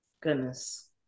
Goodness